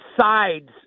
sides